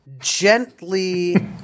gently